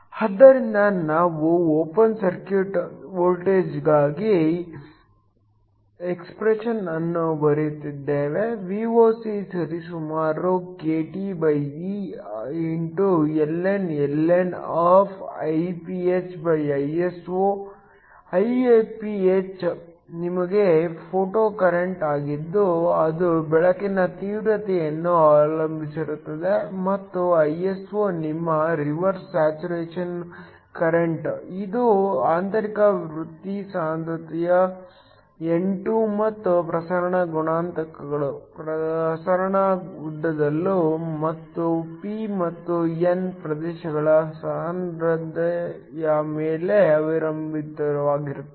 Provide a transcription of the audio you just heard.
ಆದ್ದರಿಂದ ನಾವು open circuit ವೋಲ್ಟೇಜ್ಗಾಗಿ ಎಕ್ಸ್ಪ್ರೆಶನ್ ಅನ್ನು ಬರೆದಿರುತ್ತೇವೆ Voc ಸರಿಸುಮಾರು Iph ನಿಮ್ಮ ಫೋಟೊಕರೆಂಟ್ ಆಗಿದ್ದು ಅದು ಬೆಳಕಿನ ತೀವ್ರತೆಯನ್ನು ಅವಲಂಬಿಸಿರುತ್ತದೆ ಮತ್ತು Iso ನಿಮ್ಮ ರಿವರ್ಸ್ ಸ್ಯಾಚುರೇಶನ್ ಕರೆಂಟ್ ಇದು ಆಂತರಿಕ ವೃತ್ತಿ ಸಾಂದ್ರತೆ n2 ಮತ್ತು ಪ್ರಸರಣ ಗುಣಾಂಕಗಳು ಪ್ರಸರಣ ಉದ್ದಗಳು ಮತ್ತು p ಮತ್ತು n ಪ್ರದೇಶಗಳ ಸಾಂದ್ರತೆಯ ಮೇಲೆ ಅವಲಂಬಿತವಾಗಿರುತ್ತದೆ